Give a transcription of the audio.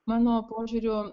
mano požiūriu